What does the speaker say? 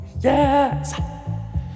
Yes